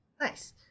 Nice